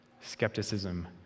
skepticism